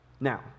Now